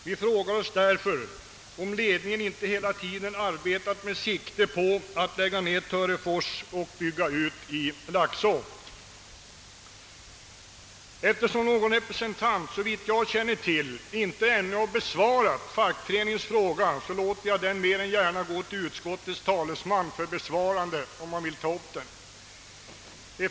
Vi frågar oss därför om ledningen inte hela tiden arbetat med sikte på att lägga ned Törefors och bygga ut i Laxå.» Eftersom någon representant för departementet, ännu inte, såvitt jag känner till, har besvarat fackföreningens brev låter jag mer än gärna frågorna gå till utskottets talesman.